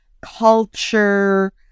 culture